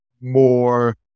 more